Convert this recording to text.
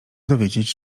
dowiedzieć